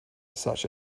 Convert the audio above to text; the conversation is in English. such